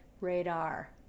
radar